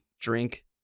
drink